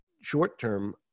short-term